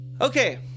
Okay